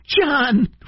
John